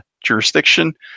jurisdiction